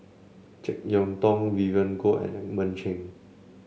JeK Yeun Thong Vivien Goh at and Edmund Cheng